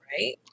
right